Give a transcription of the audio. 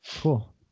Cool